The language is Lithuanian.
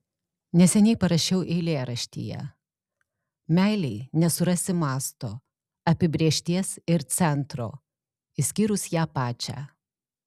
neseniai parašiau eilėraštyje meilei nesurasi masto apibrėžties ir centro išskyrus ją pačią